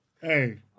Hey